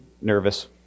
nervous